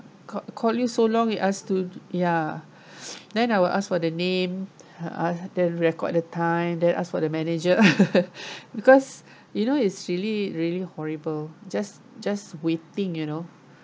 call call you so long he asked to do ya then I will ask for the name uh then record the time then ask for the manager because you know it's really really horrible just just waiting you know